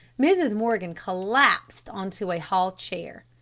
mrs. morgan collapsed on to a hall chair.